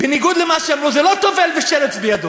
בניגוד למה שאמרו, זה לא טובל ושרץ בידו,